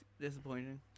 disappointing